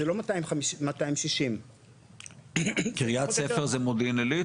זה לא מאתיים שישים --- קריית ספר זה מודיעין עילית?